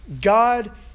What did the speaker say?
God